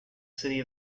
city